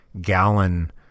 gallon